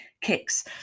Kicks